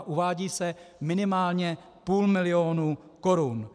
Uvádí se minimálně půl milionu korun.